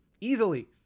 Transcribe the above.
easily